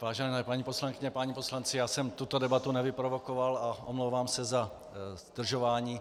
Vážené paní poslankyně, páni poslanci, já jsem tuto debatu nevyprovokoval a omlouvám se za zdržování.